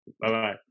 Bye-bye